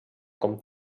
com